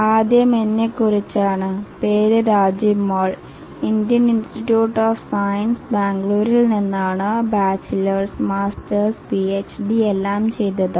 ആദ്യം എന്നെ കുറിച്ചാണ് പേര് Rajib Mal Indian Institute of Science ബാംഗ്ലൂരിൽ നിന്നാണ് ബാചിലേഴ്സ് മാസ്റ്റേഴ്സ് പിഎച്ഡി എല്ലാം ചെയ്തത്